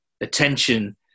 attention